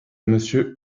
monsieur